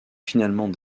finalement